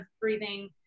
breathing